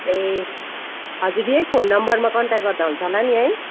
ए हजुर यही फोन नम्बरमा कन्ट्याक गर्दा हुन्छ होला नि है